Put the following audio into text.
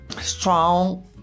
strong